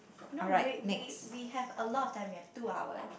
no wait we we have a lot of time we have two hour